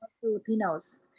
Filipinos